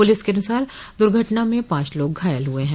police के अनुसार दुर्घटना में पांच लोग घायल हुए हैं